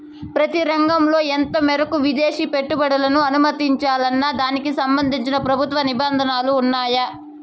ప్రతి రంగంలో ఎంత మేరకు విదేశీ పెట్టుబడులను అనుమతించాలన్న దానికి సంబంధించి ప్రభుత్వ నిబంధనలు ఉన్నాయా?